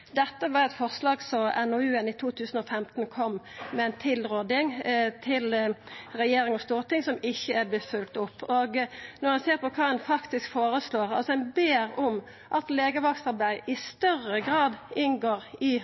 Dette var eit forslag i NOU-en frå 2015, der ein kom med ei tilråding til regjering og storting som ikkje er vorten følgt opp. Når eg ser kva ein faktisk føreslår, er det å be om at legevaktarbeid i større grad inngår i